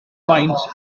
maint